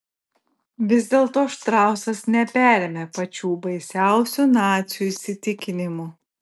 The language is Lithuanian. vis dėlto štrausas neperėmė pačių baisiausių nacių įsitikinimų